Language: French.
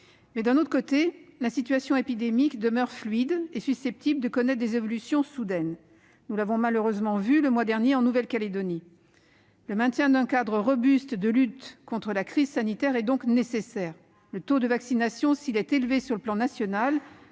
Pour autant, la situation épidémique demeure fluide, et est susceptible de connaître des évolutions soudaines. Nous l'avons malheureusement constaté, le mois dernier, en Nouvelle-Calédonie. Le maintien d'un cadre robuste pour lutter contre la crise sanitaire est donc nécessaire. Le taux de vaccination, s'il est élevé sur le plan national,